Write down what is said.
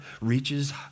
reaches